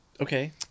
Okay